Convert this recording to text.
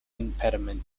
impediment